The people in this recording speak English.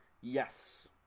Yes